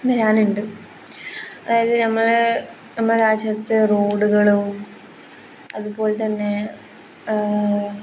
വരാനുണ്ട് അതായത് നമ്മൾ നമ്മുടെ രാജ്യത്ത് റോഡുകളും അതുപോലെത്തന്നെ